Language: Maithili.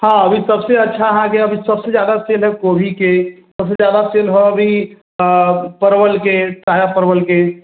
हाँ अभी सभसँ अच्छा हइ कि सबसँ ज्यादा सेल हइ कोबीके सबसँ ज्यादा सेल हौ अभी परवलके ताजा परवलके